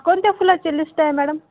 कोणत्या फुलाचे लिस्ट आहे मॅडम